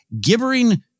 gibbering